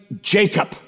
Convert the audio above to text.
Jacob